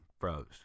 froze